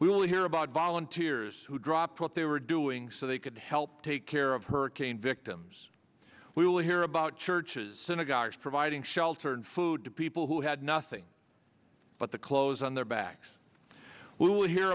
will hear about volunteers who dropped what they were doing so they could help take care of hurricane victims we will hear about churches synagogues providing shelter and food to people who had nothing but the clothes on their backs